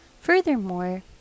Furthermore